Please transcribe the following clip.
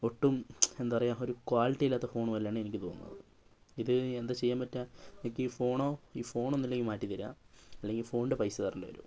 ഒട്ടും എന്താ പറയുക ഒരു ക്വാളിറ്റി ഇല്ലാത്ത ഫോണ് പോലെയാണ് എനിക്ക് തോന്നുന്നത് ഇത് എന്താ ചെയ്യാൻ പറ്റുക എനിക്ക് ഈ ഫോണോ ഈ ഫോണൊന്നില്ലെങ്കിൽ മാറ്റിത്തരിക അല്ലെങ്കിൽ ഫോണിൻ്റെ പൈസ തരേണ്ടി വരും